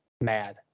mad